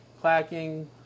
clacking